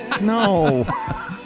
No